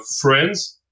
friends